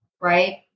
right